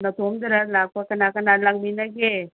ꯅꯇꯣꯝꯇꯔꯥ ꯂꯥꯛꯄ ꯀꯅꯥ ꯀꯅꯥ ꯂꯥꯛꯃꯤꯟꯅꯒꯦ